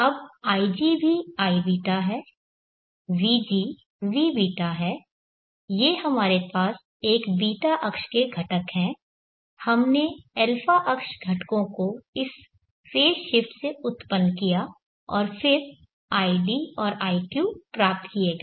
अब ig भी iβ है vg vβ है ये हमारे पास एक β अक्ष के घटक हैं हमने α अक्ष घटकों को इस फेज़ शिफ्ट से उत्पन्न किया और फिर id और iq प्राप्त किए गए